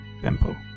temple